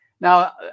Now